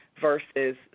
versus